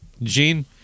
Gene